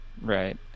Right